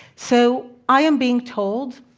so, i am being told,